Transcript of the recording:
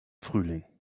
frühling